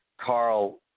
Carl